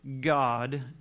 God